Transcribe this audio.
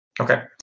Okay